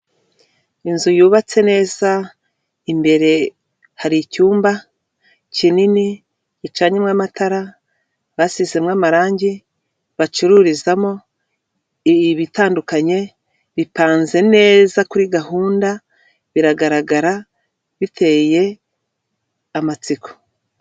Umuhanda nyabagendwa aho bigaragara ko ukorerwamo mu byerekezo byombi, ku ruhande rw'uburyo bw'umuhanda hakaba haparitse abamotari benshi cyane bigaragara ko bategereje abagenzi kandi hirya hakagaragara inzu nini cyane ubona ko ikorerwamo ubucuruzi butandukanye, ikirere kikaba gifite ishusho isa n'umweru.